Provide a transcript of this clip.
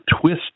twist